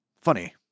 Funny